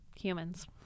humans